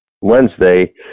Wednesday